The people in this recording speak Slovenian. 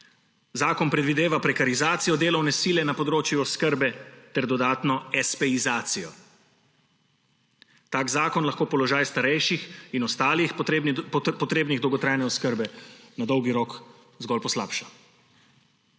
Zakon predvideva prekarizacijo delovne sile na področju oskrbe ter dodatno espeizacijo. Tak zakon lahko položaj starejših in ostalih potrebnih dolgotrajne oskrbe na dolgi rok zgolj poslabša.